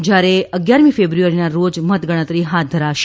જયારે અગિયારમી ફેબ્રુઆરીના રોજ મતગણતરી હાથ ધરાશે